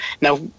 Now